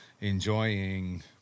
enjoying